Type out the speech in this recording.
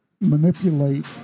manipulate